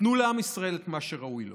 תנו לעם ישראל את מה שראוי לו,